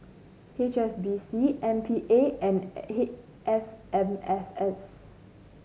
H S B C M P A and F M S S